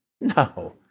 No